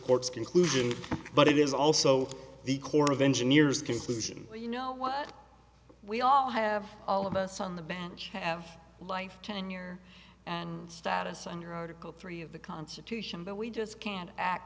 court's conclusion but it is also the corps of engineers conclusion you know what we all have all of us on the bench have life tenure and status under article three of the constitution that we just can't act